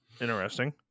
Interesting